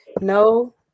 no